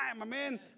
Amen